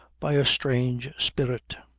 by a strange spirit.